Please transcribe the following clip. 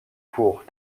courts